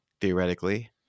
theoretically